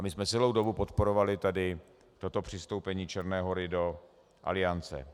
My jsme celou dobu podporovali toto přistoupení Černé Hory do Aliance.